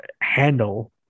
handle